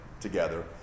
together